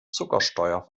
zuckersteuer